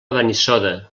benissoda